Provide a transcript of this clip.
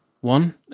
one